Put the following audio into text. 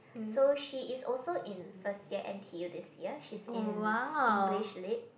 so she is also in first year N_T_U this year she's in English Lit